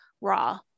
raw